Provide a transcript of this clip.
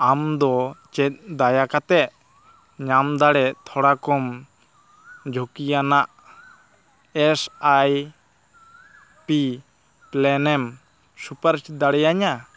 ᱟᱢ ᱫᱚ ᱪᱮᱫ ᱫᱟᱭᱟ ᱠᱟᱛᱮᱫ ᱧᱟᱢ ᱫᱟᱲᱮ ᱛᱷᱚᱲᱟ ᱠᱚᱢ ᱡᱷᱩᱠᱤᱭᱟᱱᱟᱜ ᱮᱥ ᱟᱭ ᱯᱤ ᱯᱞᱮᱱᱮᱢ ᱥᱩᱯᱟᱨᱤᱥ ᱫᱟᱲᱮᱭᱟᱧᱟ